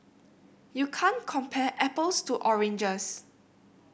you can't compare apples to oranges